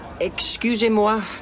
Excusez-moi